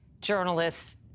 journalists